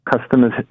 customers